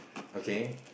okay